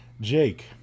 Jake